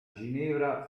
ginevra